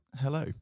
Hello